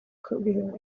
career